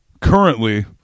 currently